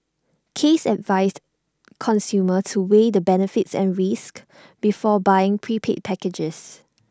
case advised consumers to weigh the benefits and risks before buying prepaid packages